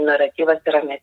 naratyvas yra ne